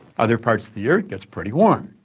other parts of the year, it gets pretty warm.